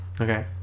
Okay